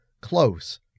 close